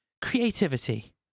Creativity